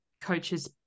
coaches